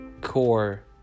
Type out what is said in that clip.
core